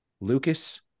Lucas